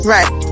Right